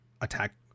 Attack